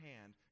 hand